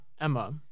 Emma